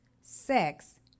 sex